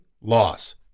loss